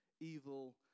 evil